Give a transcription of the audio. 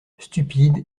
stupide